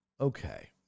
okay